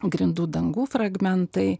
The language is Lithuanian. grindų dangų fragmentai